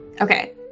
Okay